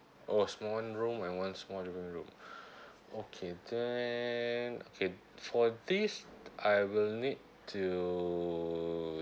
oh small one room and one small living room okay then okay for this I will need to